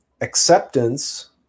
Acceptance